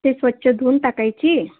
ते स्वच्छ धुवून टाकायची